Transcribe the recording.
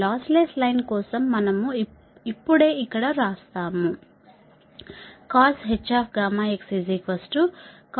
loss less line కోసం మనం ఇప్పుడే ఇక్కడ వ్రాసాము